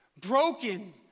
Broken